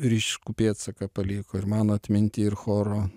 ryškų pėdsaką paliko ir mano atminty ir choro